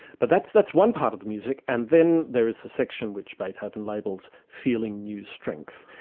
but that's that's one part of the music. and then there is the section which beethoven labels feeling new strength,